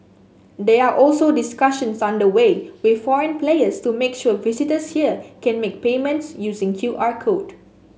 there are also discussions under way with foreign players to make sure visitors here can make payments using Q R code